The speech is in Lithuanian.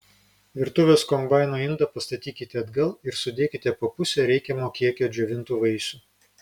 virtuvės kombaino indą pastatykite atgal ir sudėkite po pusę reikiamo kiekio džiovintų vaisių